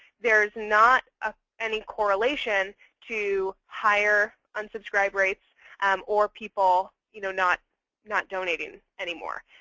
there's not ah any correlation to higher unsubscribe rates or people you know not not donating anymore.